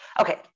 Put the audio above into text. Okay